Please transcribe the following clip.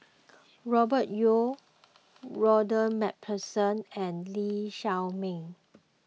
Robert Yeo Ronald MacPherson and Lee Shao Meng